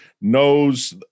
knows